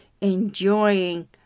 enjoying